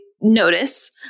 notice